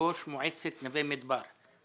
ראש מועצת נווה מדבר.